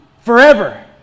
forever